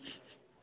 नहि